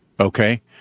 okay